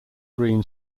green